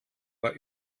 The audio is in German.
war